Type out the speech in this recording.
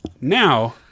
Now